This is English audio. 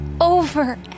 over